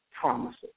promises